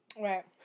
Right